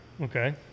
Okay